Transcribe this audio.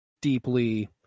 deeply